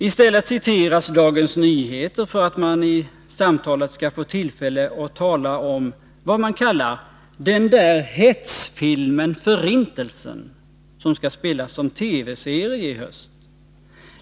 I stället citeras Dagens Nyheter för att man i samtalet skall få tillfälle att tala om vad man kallar ”den här hetsfilmen Förintelsen som skall spelas här som TV-serie i höst”.